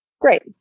Great